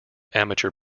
amateur